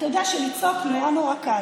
אתה יודע שלצעוק נורא נורא קל.